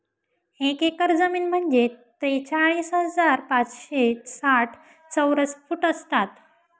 एक एकर जमीन म्हणजे त्रेचाळीस हजार पाचशे साठ चौरस फूट असतात